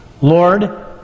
Lord